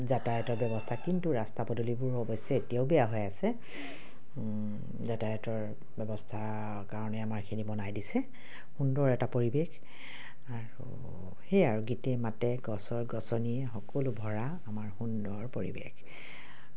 যাতায়তৰ ব্যৱস্থা কিন্তু ৰাস্তা পদূলিবোৰ অৱশ্যে এতিয়াও বেয়া হৈ আছে যাতায়তৰ ব্যৱস্থাৰ কাৰণে আমাৰ এইখিনি বনাই দিছে সুন্দৰ এটা পৰিৱেশ আৰু সেয়াই আৰু গীতে মাতে গছে গছনি সকলো ভৰা আমাৰ সুন্দৰ পৰিৱেশ